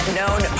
known